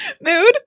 Mood